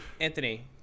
anthony